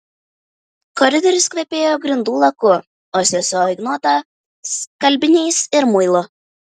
koridorius kvepėjo grindų laku o sesuo ignota skalbiniais ir muilu